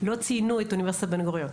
לא ציינו את אוניברסיטת בן גוריון,